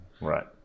right